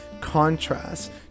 contrast